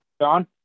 John